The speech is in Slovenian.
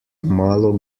malo